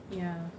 ya